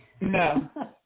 No